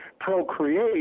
procreate